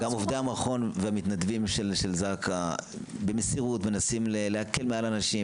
ועובדי המכון והמתנדבים של זק"א במסירות מנסים להקל מעל אנשים,